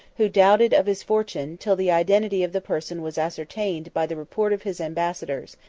who doubted of his fortune, till the identity of the person was ascertained by the report of his ambassadors,